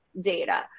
data